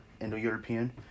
Indo-European